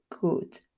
good